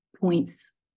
points